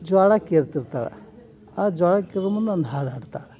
ಜೋಳ ಕೇರ್ತಿರ್ತಾಳೆ ಆ ಜೋಳ ಕೇರುವ ಮುಂದೆ ಒಂದು ಹಾಡು ಹಾಡ್ತಾಳೆ